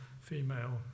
female